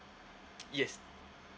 yes